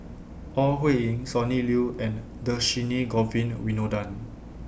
Ore Huiying Sonny Liew and Dhershini Govin Winodan